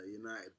United